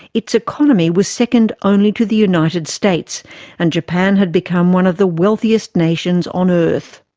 its economy was second only to the united states and japan had become one of the wealthiest nations on earth.